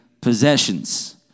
possessions